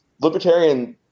libertarian